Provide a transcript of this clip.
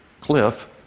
cliff